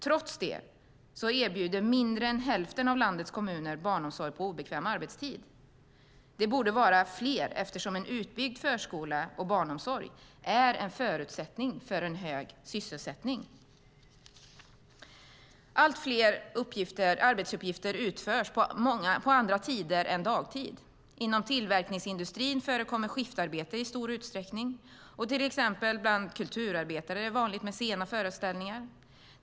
Trots det erbjuder mindre än hälften av landets kommuner barnomsorg på obekväm arbetstid. Det borde vara fler eftersom en utbyggd förskola och barnomsorg är en förutsättning för en hög sysselsättning. Allt fler arbetsuppgifter utförs på andra tider än dagtid. Inom tillverkningsindustrin förekommer skiftarbete i stor utsträckning, och till exempel bland kulturarbetare är det vanligt med sena föreställningar.